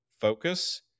focus